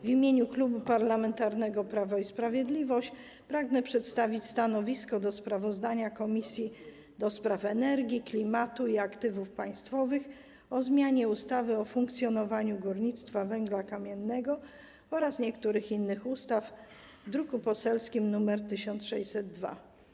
W imieniu Klubu Parlamentarnego Prawo i Sprawiedliwość pragnę przedstawić stanowisko wobec sprawozdania Komisji do Spraw Energii, Klimatu i Aktywów Państwowych o projekcie ustawy o zmianie ustawy o funkcjonowaniu górnictwa węgla kamiennego oraz niektórych innych ustaw, druk sejmowy nr 1602.